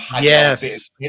Yes